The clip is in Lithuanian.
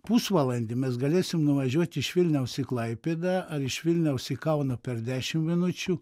pusvalandį mes galėsim nuvažiuoti iš vilniaus į klaipėdą ar iš vilniaus į kauną per dešimt minučių